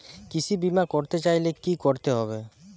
কৃষি বিমা করতে চাইলে কি করতে হবে?